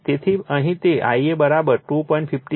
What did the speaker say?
તેથી અહીં તે Ia 2